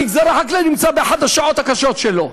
המגזר החקלאי נמצא באחת השעות הקשות שלו,